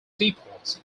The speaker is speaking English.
seaports